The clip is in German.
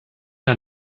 der